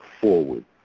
forward